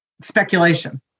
speculation